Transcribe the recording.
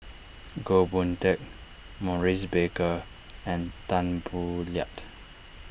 Goh Boon Teck Maurice Baker and Tan Boo Liat